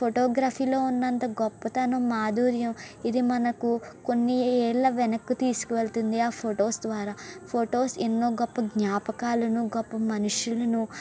ఫోటోగ్రఫీలో ఉన్నంత గొప్పతనం మాధుర్యం ఇది మనకు కొన్ని యేళ్ళ వెనక్కు తీసుకు వెళ్తుంది ఆ ఫొటోస్ ద్వారా ఫొటోస్ ఎన్నో గొప్ప జ్ఞాపకాలను గొప్ప మనుషులను